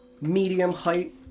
medium-height